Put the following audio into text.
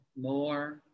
more